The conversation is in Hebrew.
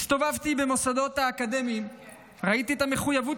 הסתובבתי במוסדות האקדמיים וראיתי את המחויבות